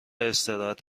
استراحت